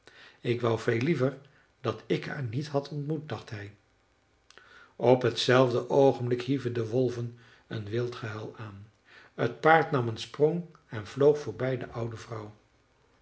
ik wou veel liever dat ik haar niet had ontmoet dacht hij op t zelfde oogenblik hieven de wolven een wild gehuil aan t paard nam een sprong en vloog voorbij de oude vrouw